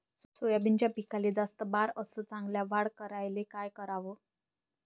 सोयाबीनच्या पिकाले जास्त बार अस चांगल्या वाढ यायले का कराव?